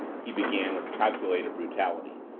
he began with calculated brutality.